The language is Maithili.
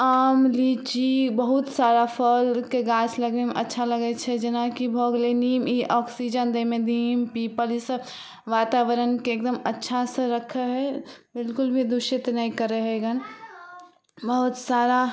आम लीची बहुत सारा फलके गाछ लगबैमे अच्छा लगै छै जेनाकी भऽ गेलै नीम ई ऑक्सीजन दैमे नीम पीपल ईसब वातावरणके एकदम अच्छा सँ रखै हइ बिलकुल भी दूषित नहि करै हइ गन बहुत सारा